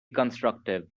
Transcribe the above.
constructive